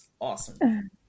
Awesome